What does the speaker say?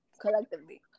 collectively